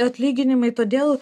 atlyginimai todėl